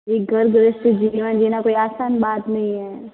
ये घर गृहस्थी जीवन जीना कोई आसान बात नहीं है